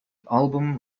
album